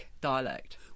dialect